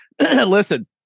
listen